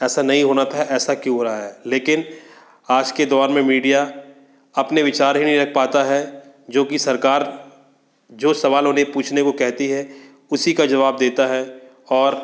ऐसा नहीं होना था ऐसा क्यों हो रहा है लेकिन आज के दौर में मीडिया अपने विचार नहीं रख पाता है जो कि सरकार जो सवाल उन्हें पूछने को कहती है उसी का जवाब देती है और